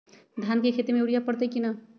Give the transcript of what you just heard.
धान के खेती में यूरिया परतइ कि न?